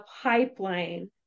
pipeline